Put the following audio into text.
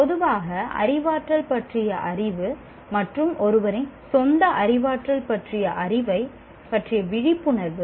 பொதுவாக அறிவாற்றல் பற்றிய அறிவு மற்றும் ஒருவரின் சொந்த அறிவாற்றல் பற்றிய அறிவைப் பற்றிய விழிப்புணர்வு